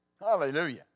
Hallelujah